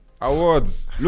Awards